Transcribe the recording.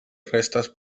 restes